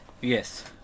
Yes